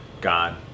God